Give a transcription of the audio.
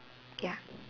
ya